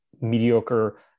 Mediocre